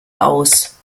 aus